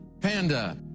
Panda